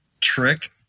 trick